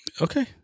okay